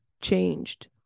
changed